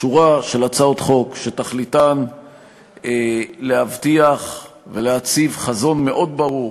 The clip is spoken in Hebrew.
שורה של הצעות חוק שתכליתן להבטיח ולהציב חזון מאוד ברור